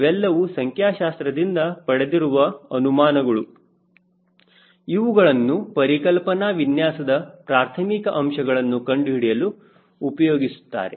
ಇವೆಲ್ಲವೂ ಸಂಖ್ಯಾಶಾಸ್ತ್ರ ದಿಂದ ಪಡೆದಿರುವ ಅನುಮಾನಗಳು ಇವುಗಳನ್ನು ಪರಿಕಲ್ಪನಾ ವಿನ್ಯಾಸದ ಪ್ರಾರ್ಥಮಿಕ ಅಂಶಗಳನ್ನು ಕಂಡುಹಿಡಿಯಲು ಉಪಯೋಗಿಸುತ್ತಾರೆ